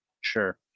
sure